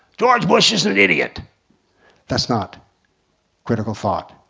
george bush is an idiot that's not critical thought,